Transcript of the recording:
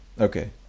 Okay